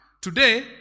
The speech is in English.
today